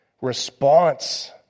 response